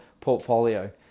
portfolio